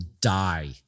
die